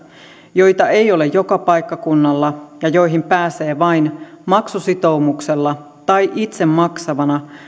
joita ei ole joka paikkakunnalla ja joihin pääsee vain maksusitoumuksella tai itse maksavana